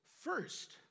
first